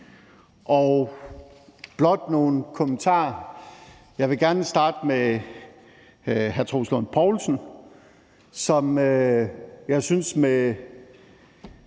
med nogle kommentarer. Jeg vil gerne starte med hr. Troels Lund Poulsen, som jeg synes med